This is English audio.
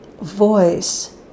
voice